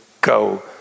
go